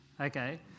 okay